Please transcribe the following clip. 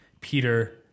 Peter